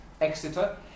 Exeter